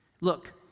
Look